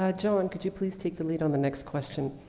ah john, could you please take the lead on the next question?